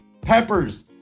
peppers